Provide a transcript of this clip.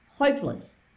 hopeless